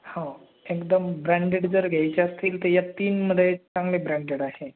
हो एकदम ब्रँडेड जर घ्यायचे असतील तर या तीनमध्ये चांगले ब्रँडेड आहे